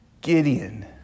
Gideon